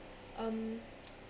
um